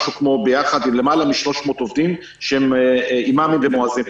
משהו כמו למעלה מ-300 עובדים שהם אימאמים ומואזינים.